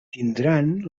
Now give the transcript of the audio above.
tindran